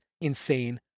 insane